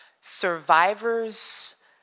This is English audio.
survivor's